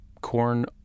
corn